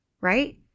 right